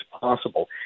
possible